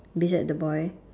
beside the boy